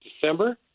December